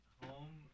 home